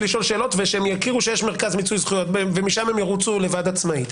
לשאול שאלות ושיכירו שיש מרכז מיצוי זכויות ומשם ירוצו עצמאית.